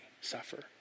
suffer